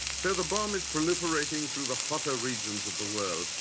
so the bomb is proliferating through the hotter regions of the world,